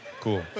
Cool